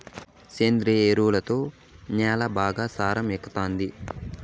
సేంద్రియ ఎరువుతో న్యాల బాగా సారం ఎక్కుతాది